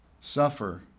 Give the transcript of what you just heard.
suffer